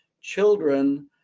children